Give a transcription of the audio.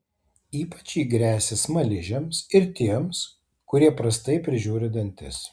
ypač ji gresia smaližiams ir tiems kurie prastai prižiūri dantis